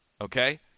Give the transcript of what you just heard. okay